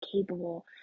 capable